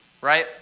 right